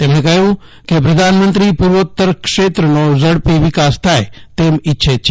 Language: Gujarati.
તેમણે કહ્યું કે પ્રધાનમંત્રી પૂ વોત્તરક્ષેત્રનો ઝડપી વિકાસ થાય તેમ ઈચ્છે છે